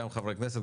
גם חברי כנסת,